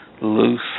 loose